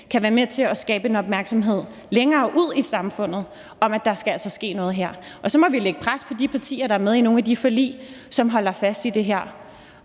kan være med til at skabe en opmærksomhed længere ude i samfundet, i forhold til at der altså skal ske noget her. Og så må vi lægge pres på de partier, der er med i nogle af de forlig, som gør, at der